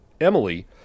Emily